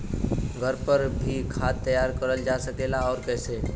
घर पर भी खाद तैयार करल जा सकेला और कैसे?